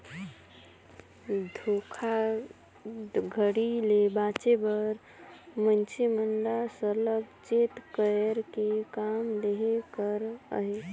धोखाघड़ी ले बाचे बर मइनसे मन ल सरलग चेत कइर के काम लेहे कर अहे